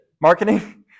Marketing